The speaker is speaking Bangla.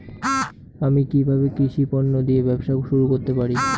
আমি কিভাবে কৃষি পণ্য দিয়ে ব্যবসা শুরু করতে পারি?